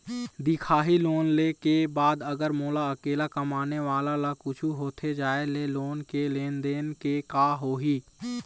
दिखाही लोन ले के बाद अगर मोला अकेला कमाने वाला ला कुछू होथे जाय ले लोन के लेनदेन के का होही?